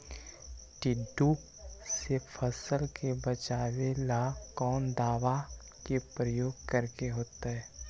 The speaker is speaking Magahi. टिड्डा से फसल के बचावेला कौन दावा के प्रयोग करके होतै?